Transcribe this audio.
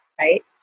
right